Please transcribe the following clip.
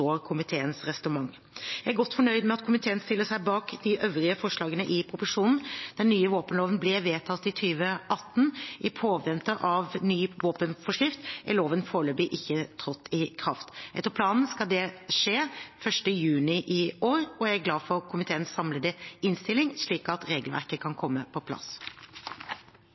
komiteens resonnement. Jeg er godt fornøyd med at komiteen stiller seg bak de øvrige forslagene i proposisjonen. Den nye våpenloven ble vedtatt i 2018. I påvente av ny våpenforskrift er loven foreløpig ikke i trådt i kraft. Etter planen skal det skje 1. juni i år, og jeg er glad for komiteens samlede innstilling slik at regelverket kan komme på plass.